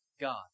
God